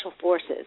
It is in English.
forces